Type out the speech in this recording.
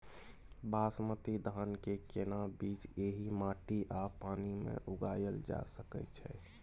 बासमती धान के केना बीज एहि माटी आ पानी मे उगायल जा सकै छै?